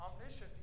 omniscient